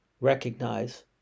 recognize